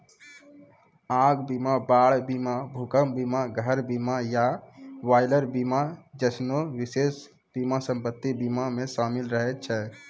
आग बीमा, बाढ़ बीमा, भूकंप बीमा, घर बीमा या बॉयलर बीमा जैसनो विशेष बीमा सम्पति बीमा मे शामिल रहै छै